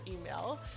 email